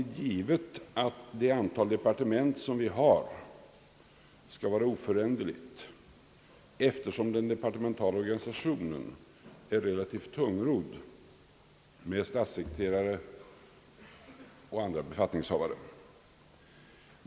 Det antal departement vi har bör ju inte vara oföränderligt, eftersom den departementala organisationen är relativt tungrodd, med statssekreterare och andra befattningshavare.